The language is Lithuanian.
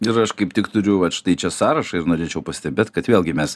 ir aš kaip tik turiu vat štai čia sąrašą ir norėčiau pastebėt kad vėlgi mes